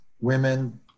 women